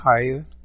higher